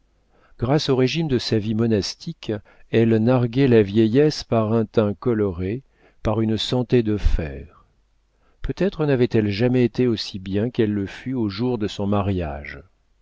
grâce au régime de sa vie monastique elle narguait la vieillesse par un teint coloré par une santé de fer peut-être n'avait-elle jamais été aussi bien qu'elle le fut au jour de son mariage